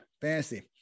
fantasy